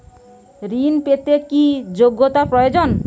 ঋণ পেতে কি যোগ্যতা প্রয়োজন?